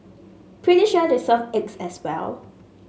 pretty sure they serve eggs as well